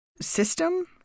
system